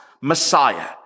Messiah